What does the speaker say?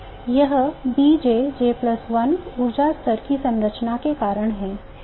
यह BJ ऊर्जा स्तर की संरचना के कारण है